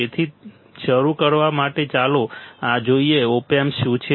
તેથી તેથી શરૂ કરવા માટે ચાલો જોઈએ ઓપ એમ્પ શું છે